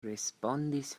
respondis